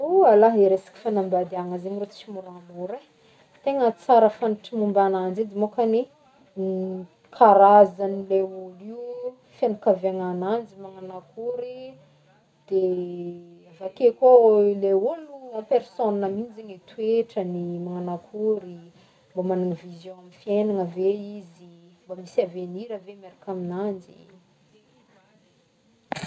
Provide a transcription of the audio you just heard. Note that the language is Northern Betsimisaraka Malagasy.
O ah lahy e, resaky fanambadiagna zegny rô tsy môramôra e, tegna fantatry momba agnanjy edy môkany, ny karazagn'le olo io, fiakaviagnan'anjy magnagno akory, de avy ake koa le olo en personne mintsy zegny e, toetragny, magnagno akory, mbô magnagny vision amy fiaignagna ve izy, mbô misy avenir ve miaraka amin'anjy.